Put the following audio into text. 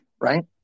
right